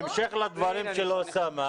בהמשך לדברים של אוסאמה,